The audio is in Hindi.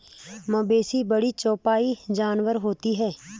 मवेशी बड़े चौपाई जानवर होते हैं